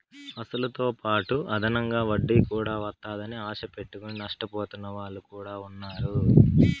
అసలుతోపాటు అదనంగా వడ్డీ కూడా వత్తాదని ఆశ పెట్టుకుని నష్టపోతున్న వాళ్ళు కూడా ఉన్నారు